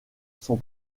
son